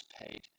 paid